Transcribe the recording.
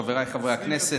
חבריי חברי הכנסת,